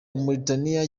mauritania